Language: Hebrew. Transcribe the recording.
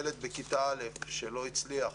ילד בכיתה א' שלא הצליח